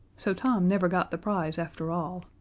so tom never got the prize after all.